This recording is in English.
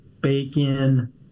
bacon